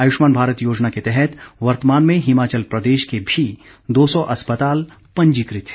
आयुष्मान भारत योजना के तहत वर्तमान में हिमाचल प्रदेश के भी दो सौ अस्पताल पंजीकृ त हैं